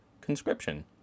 conscription